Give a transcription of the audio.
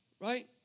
right